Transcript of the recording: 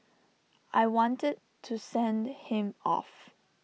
I wanted to send him off